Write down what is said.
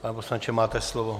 Pane poslanče, máte slovo.